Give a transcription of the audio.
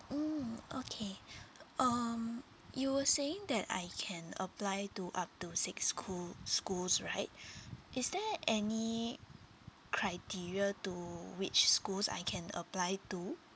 mm okay um you were saying that I can apply to up to six schoo~ schools right is there any criteria to which schools I can apply to